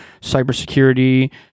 cybersecurity